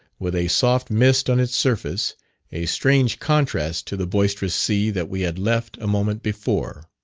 with a soft mist on its surface a strange contrast to the boisterous sea that we had left a moment before.